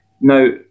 Now